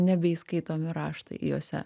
nebeįskaitomi raštai jose